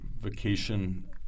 vacation